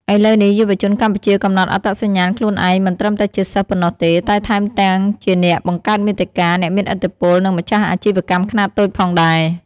ឥឡូវនេះ យុវជនកម្ពុជាកំណត់អត្តសញ្ញាណខ្លួនឯងមិនត្រឹមតែជាសិស្សប៉ុណ្ណោះទេ តែថែមទាំងជាអ្នកបង្កើតមាតិកា អ្នកមានឥទ្ធិពល និងម្ចាស់អាជីវកម្មខ្នាតតូចផងដែរ។